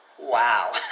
Wow